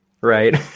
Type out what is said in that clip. right